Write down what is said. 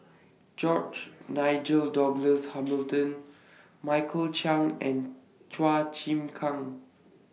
George Nigel Douglas Hamilton Michael Chiang and Chua Chim Kang